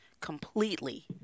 completely